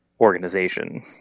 organization